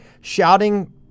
shouting